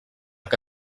que